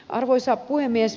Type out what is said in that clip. arvoisa puhemies